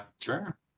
Sure